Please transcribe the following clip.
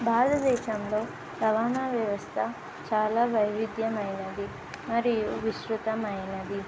భారతదేశంలో రవాణా వ్యవస్థ చాలా వైవిధ్యమైనది మరియు విస్తృతమైనది